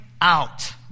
out